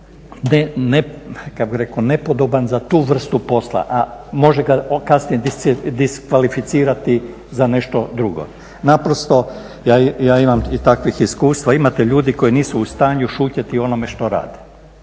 naprosto kako bih rekao nepodoban za tu vrstu posla, a može ga kasnije diskvalificirati za nešto drugo. Naprosto, ja imam i takvih iskustva, imate ljudi koji nisu u stanju šutjeti o onome što rade,